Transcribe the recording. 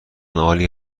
عالی